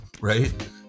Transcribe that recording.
Right